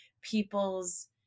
people's